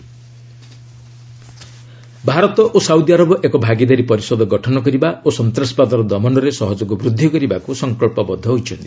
PM Saudi Arab Bharat ଓ Saudi Arab ଏକ ଭାଗିଦାରୀ ପରିଷଦ ଗଠନ କରିବା ଓ ସନ୍ତାସବାଦର ଦମନରେ ସହଯୋଗ ବୃଦ୍ଧି କରିବାକୁ ସଙ୍କଚ୍ଚବଦ୍ଧ ହୋଇଛନ୍ତି